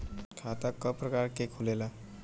खाता क प्रकार के खुलेला?